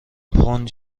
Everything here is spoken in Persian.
پوند